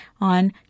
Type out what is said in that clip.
on